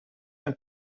ein